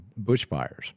bushfires